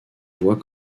voix